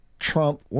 Trump